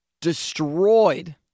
Destroyed